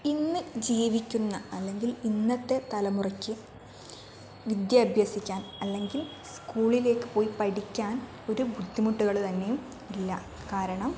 ഇന്ന് ജീവിക്കുന്ന അല്ലെങ്കിൽ ഇന്നത്തെ തലമുറയ്ക്ക് വിദ്യ അഭ്യസിക്കാൻ അല്ലെങ്കിൽ സ്കൂളിലേക്ക് പോയി പഠിക്കാൻ ഒരു ബുദ്ധിമുട്ടുകള് തന്നെയും ഇല്ല കാരണം